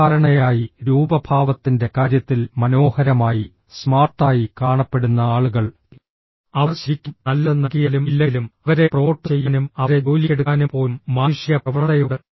സാധാരണയായി രൂപഭാവത്തിൻറെ കാര്യത്തിൽ മനോഹരമായി സ്മാർട്ടായി കാണപ്പെടുന്ന ആളുകൾ അവർ ശരിക്കും നല്ലത് നൽകിയാലും ഇല്ലെങ്കിലും അവരെ പ്രൊമോട്ട് ചെയ്യാനും അവരെ ജോലിക്കെടുക്കാനും പോലും മാനുഷിക പ്രവണതയുണ്ട്